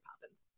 Poppins